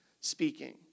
speaking